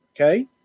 Okay